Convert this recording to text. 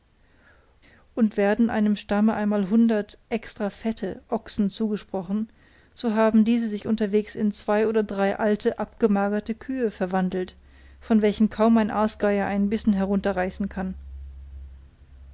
und werden einem stamme einmal hundert extra fette ochsen zugesprochen so haben diese sich unterwegs in zwei oder drei alte abgemagerte kühe verwandelt von welchen kaum ein aasgeier einen bissen herunterreißen kann